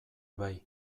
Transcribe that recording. bai